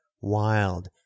wild